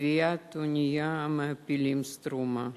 לטביעת אוניית המעפילים "סטרומה",